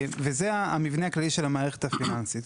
זהו המבנה הכללי של המערכת הפיננסית.